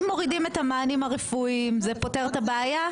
אם מורידים את המענים הרפואיים זה פותר את הבעיה?